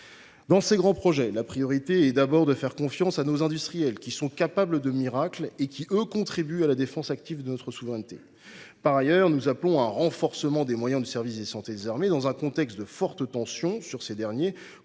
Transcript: Pour ces grands projets, la priorité est de faire confiance à nos industriels, car ils sont capables de miracles et contribuent à la défense active de notre souveraineté. Par ailleurs, nous appelons à un renforcement des moyens du service de santé des armées dans un contexte de fortes tensions sur ces derniers.